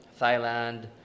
Thailand